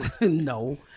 No